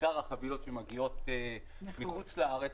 ובעיקר החבילות שמגיעות מחוץ לארץ.